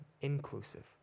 inclusive